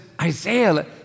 Isaiah